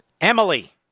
Emily